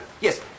Yes